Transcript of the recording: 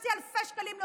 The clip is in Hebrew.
תסבירו לי את הטיפשות הזו.